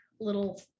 little